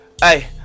hey